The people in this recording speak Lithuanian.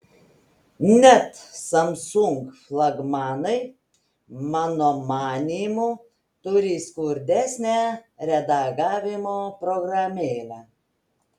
net samsung flagmanai mano manymu turi skurdesnę redagavimo programėlę